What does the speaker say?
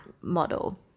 model